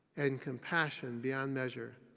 and compassion beyond measure.